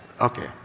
Okay